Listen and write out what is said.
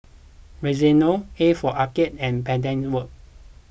Rexona A for Arcade and Pedal Works